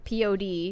pod